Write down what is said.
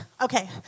Okay